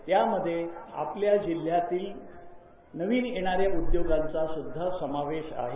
त्यामध्ये आपल्या जिल्ह्यात नवीन येणाऱ्या उद्योगांचा देखील समावेश आहे